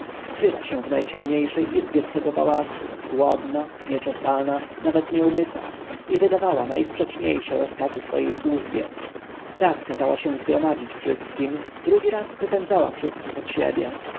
kryła się w najciemniejszej izbie swego pałacu głodna nieczesana nawet nieumyta i wydawała najsprzeczniejsze rozkazy swojej służbie raz kazała się zgromadzać wszystkim drugi raz wypędzała wszystkich od siebie